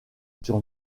sur